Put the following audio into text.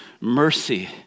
mercy